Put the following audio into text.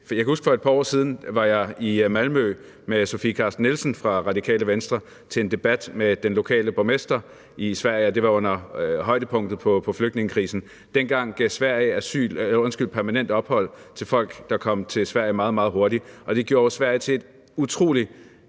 Jeg kan huske, at jeg for et par år siden var i Malmø med Sofie Carsten Nielsen fra Radikale Venstre til en debat med den lokale borgmester, og det var under højdepunktet på flygtningekrisen. Dengang gav Sverige permanent ophold til folk, der kom til Sverige, meget, meget hurtigt, og det gjorde Sverige til et utrolig